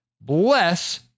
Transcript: Bless